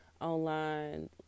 online